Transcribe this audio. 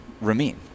ramin